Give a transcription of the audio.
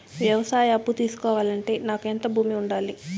వ్యవసాయ అప్పు తీసుకోవాలంటే నాకు ఎంత భూమి ఉండాలి?